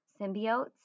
Symbiotes